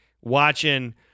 watching